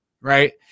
Right